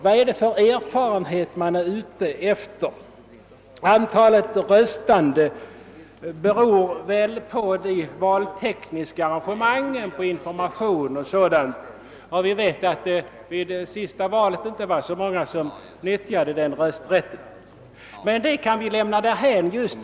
Vad är det för erfarenhet man är ute 2) ej är mantalsskriven i riket men någon gång varit här kyrkobokförd. efter? Antalet röstande beror väl på de valtekniska arrangemangen, på information och sådant, och vi vet att det vid det senaste valet inte var så många utlandssvenskar som nyttjade sin rösträtt. Men detta kan vi väl just nu lämna därhän.